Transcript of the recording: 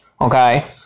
Okay